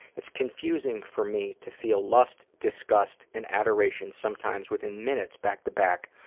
it's confusing for me to feel lust, disgust, and adoration sometimes within minutes back to back,